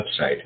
website